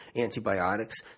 Antibiotics